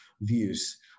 views